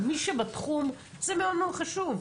אבל מי שבתחום זה מאוד מאוד חשוב.